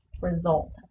result